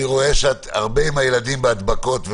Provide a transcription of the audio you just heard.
אני רואה שאת הרבה עם הילדים בהדבקות.